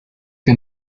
que